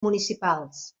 municipals